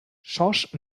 schorsch